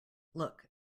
look